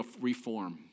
reform